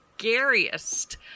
scariest